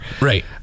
Right